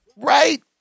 Right